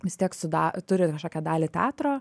vis tiek suda turi kažkokią dalį teatro